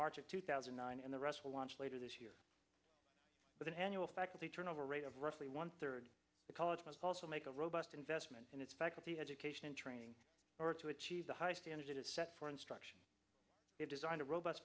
march of two thousand and nine and the rest will launch later this year with an annual faculty turnover rate of roughly one third the college must also make a robust investment in its faculty education and training or to achieve the high standard it is set for instruction design a rob